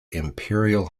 imperial